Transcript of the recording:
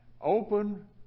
Open